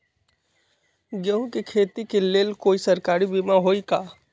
गेंहू के खेती के लेल कोइ सरकारी बीमा होईअ का?